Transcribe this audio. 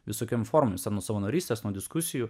visokiiom formomis ar nuo savanorystės nuo diskusijų